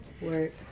Work